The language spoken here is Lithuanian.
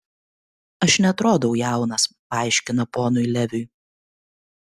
aš neatrodau jaunas paaiškina ponui leviui